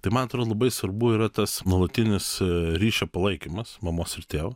tai man atrodo labai svarbu yra tas nuolatinis ryšio palaikymas mamos ir tėvo